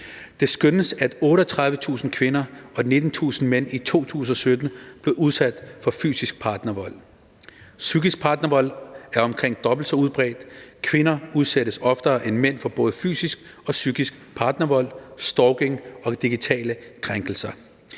Det skønnes, at 38.000 kvinder og 19.000 mænd i 2017 blev udsat for fysisk partnervold. Psykisk partnervold er omkring dobbelt så udbredt. Kvinder udsættes oftere end mænd for både fysisk og psykisk partnervold, stalking og digitale krænkelser.